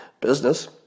business